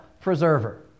preserver